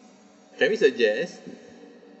can we suggest